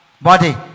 body